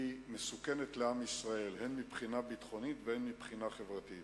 היא מסוכנת לעם ישראל הן מבחינה ביטחונית והן מבחינה חברתית.